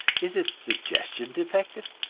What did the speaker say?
is its digestion defective?